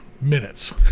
minutes